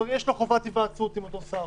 יש לו חובת היוועצות עם אותו שר.